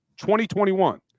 2021